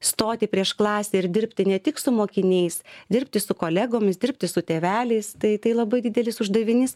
stoti prieš klasę ir dirbti ne tik su mokiniais dirbti su kolegomis dirbti su tėveliais tai tai labai didelis uždavinys